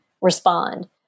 respond